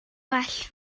well